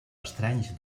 estranys